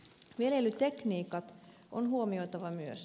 viljelytekniikat on huomioitava myös